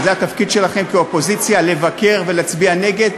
זה התפקיד שלכם כאופוזיציה לבקר ולהצביע נגד,